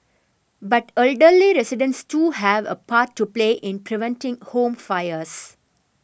but elderly residents too have a part to play in preventing home fires